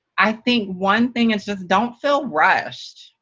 i think one thing is just don't feel rushed.